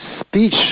speech